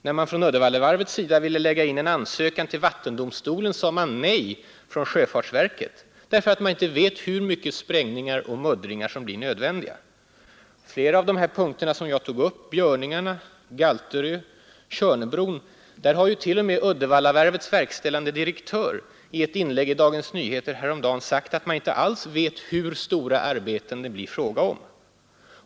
När Uddevallavarvet ville lägga in en ansökan till vattendomstolen sade sjöfartsverket nej därför att man inte visste hur mycket sprängningar och muddringar som skulle bli nödvändiga. Beträffande flera av de punkter jag tog upp — Björningarna, Galterön och Tjörnbron — har Uddevallavarvets verkställande direktör i ett inlägg i Dagens Nyheter sagt att man inte alls vet hur stora arbeten det blir fråga om.